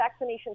vaccinations